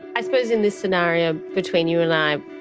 i suppose in this scenario between you and i,